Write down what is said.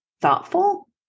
thoughtful